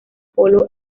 polo